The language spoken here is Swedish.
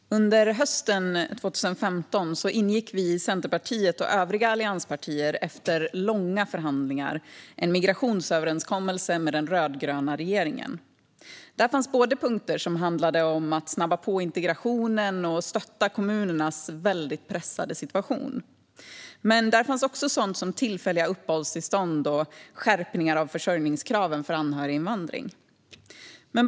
Fru talman! Under hösten 2015 ingick Centerpartiet och övriga allianspartier efter långa förhandlingar en migrationsöverenskommelse med den rödgröna regeringen. Där fanns både punkter som handlade om att snabba på integrationen och stötta kommunernas väldigt pressade situation och sådant som tillfälliga uppehållstillstånd och skärpningar av försörjningskraven för anhöriginvandring.